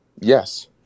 Yes